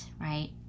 right